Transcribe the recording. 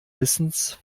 wissens